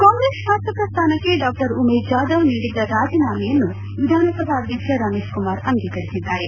ಕಾಂಗ್ರೆಸ್ ಶಾಸಕ ಸ್ವಾನಕ್ಕೆ ಡಾ ಉಮೇಶ್ ಜಾದವ್ ನೀಡಿದ್ದ ರಾಜೀನಾಮೆಯನ್ನು ವಿಧಾನಸಭಾಧ್ಯಕ್ಷ ರಮೇಶ್ ಕುಮಾರ್ ಅಂಗೀಕರಿಸಿದ್ದಾರೆ